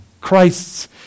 Christ's